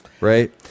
right